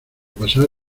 pasar